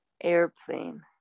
airplane